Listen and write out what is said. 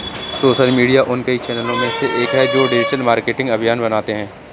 social media उन कई चैनलों में से एक है जो डिजिटल मार्केटिंग अभियान बनाते हैं